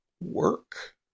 work